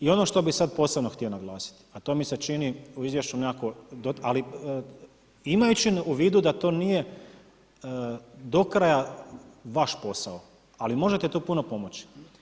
I ono što bih sad posebno htio naglasiti, a to mi se čini u izvješću nekako, ali imajući u vidu da to nije do kraja vaš posao, ali možete tu puno pomoći.